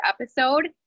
episode